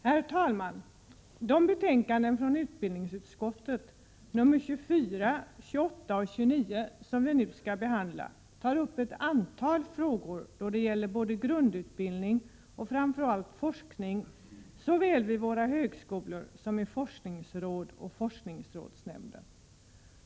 Herr talman! I de betänkanden från utbildningsutskottet, nr 24, 28 och 29, som vi nu skall behandla tas det upp ett antal frågor beträffande grundutbildning och framför allt forskning såväl vid våra högskolor som i forskningsråd och forskningsrådsnämnden.